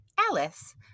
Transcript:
Alice